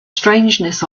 strangeness